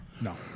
No